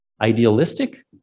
Idealistic